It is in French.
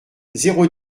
zéro